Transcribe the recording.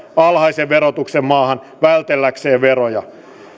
alhaisen verotuksen maahan vältelläkseen veroja